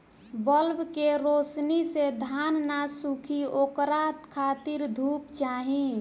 bulb के रौशनी से धान न सुखी ओकरा खातिर धूप चाही